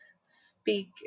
speak